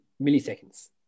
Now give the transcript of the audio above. milliseconds